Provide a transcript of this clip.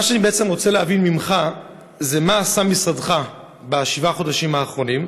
מה שאני בעצם רוצה להבין ממך זה מה עשה משרדך בשבעת החודשים האחרונים.